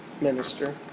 minister